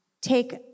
take